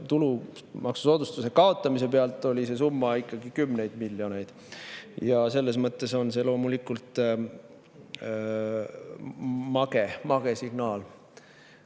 tulumaksusoodustuse kaotamise pealt oli see summa ikkagi kümneid miljoneid. Ja selles mõttes on see loomulikult mage signaal.